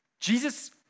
Jesus